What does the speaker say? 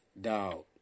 Dog